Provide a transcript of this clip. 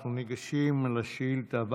אנחנו ניגשים לשאילתה 158,